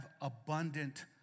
abundant